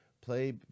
Play